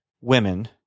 women